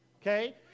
Okay